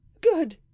Good